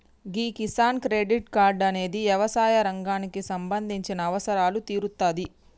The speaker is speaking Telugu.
గీ కిసాన్ క్రెడిట్ కార్డ్ అనేది యవసాయ రంగానికి సంబంధించిన అవసరాలు తీరుత్తాది